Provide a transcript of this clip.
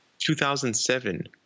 2007